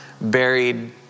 buried